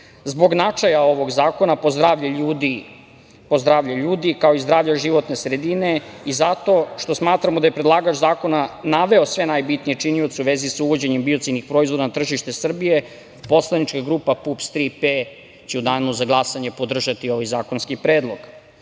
značaja ovog zakona po zdravlje ljudi, kao i zdravlja životne sredine i zato što smatramo da je predlagač zakona naveo sve najbitnije činioce u vezi sa uvođenjem biocidnih proizvoda na tržište Srbije, poslanička grupa PUPS - "Tri P" će u danu za glasanje podržati ovaj zakonski predlog. Što